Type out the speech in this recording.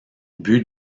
but